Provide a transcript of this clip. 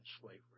slavery